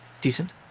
Decent